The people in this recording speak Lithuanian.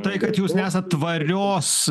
tai kad jūs nesat tvarios